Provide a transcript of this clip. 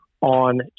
on